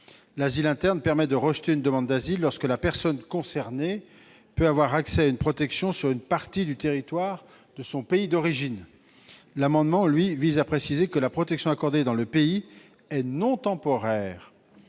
L'asile interne permet de rejeter une demande d'asile lorsque la personne concernée peut avoir accès à une protection sur une partie du territoire de son pays d'origine. Les dispositions de cet amendement indiquent que la protection accordée dans le pays doit être non temporaire.